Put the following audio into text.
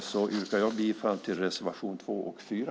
Jag yrkar bifall till reservationerna 2 och 4.